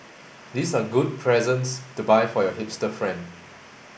these are good presents to buy for your hipster friend